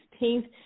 16th